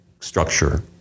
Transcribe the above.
structure